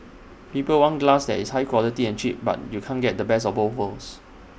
people want glass that is high quality and cheap but you can't get the best of both worlds